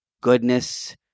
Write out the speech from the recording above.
goodness